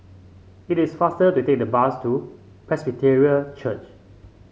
it is faster to take the bus to Presbyterian Church